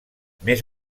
més